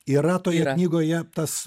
yra toje knygoje tas